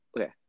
okay